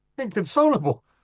inconsolable